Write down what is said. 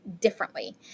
differently